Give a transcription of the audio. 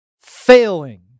failing